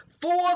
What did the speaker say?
four